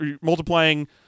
multiplying